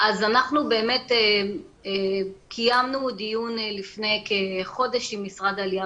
אז אנחנו באמת קיימנו דיון לפני כחודש עם משרד העלייה